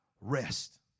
rest